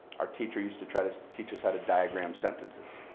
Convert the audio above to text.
our teacher used to try to teach us how to diagram sentences.